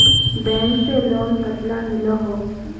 Bank से loan कतला मिलोहो?